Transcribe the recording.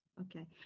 Okay